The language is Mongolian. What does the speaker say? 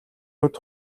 нүд